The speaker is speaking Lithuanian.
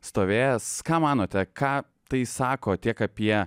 stovėjęs ką manote ką tai sako tiek apie